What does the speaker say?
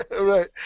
Right